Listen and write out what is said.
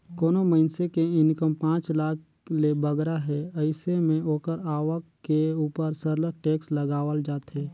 कोनो मइनसे के इनकम पांच लाख ले बगरा हे अइसे में ओकर आवक के उपर सरलग टेक्स लगावल जाथे